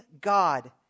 God